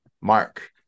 Mark